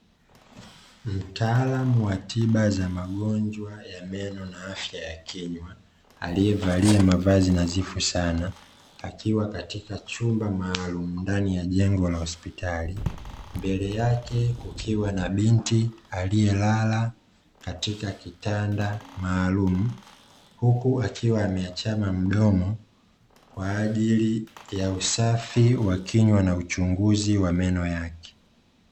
Mtaalamu wa tiba ya magonjwa meno na kinywa alievalia mavazi nadhifu sana akiwa katika chumba maalumu ndani ya jengo la hospitali mbele yake kukiwa na binti alie lala katika kitanda maalumu huku akiwa ameachama mdomo kwaajili ya usafi wa kinywa na uchunguzi wa meno yake.